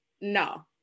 no